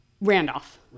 Randolph